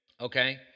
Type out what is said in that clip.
okay